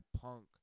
punk